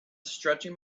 stretching